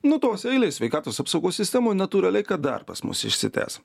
nu tos eilės sveikatos apsaugos sistemoj natūraliai kad dar pas mus išsitęs